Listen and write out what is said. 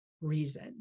reason